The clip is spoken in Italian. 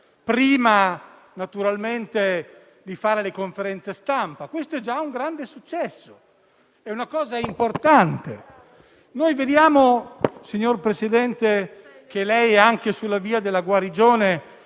prima naturalmente di fare le conferenze stampa: questo è già un grande successo e una cosa importante. Vediamo, signor Presidente del Consiglio, che lei e anche sulla via della guarigione